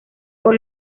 por